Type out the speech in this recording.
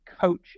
coach